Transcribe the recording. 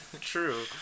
True